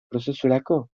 prozesurako